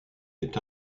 est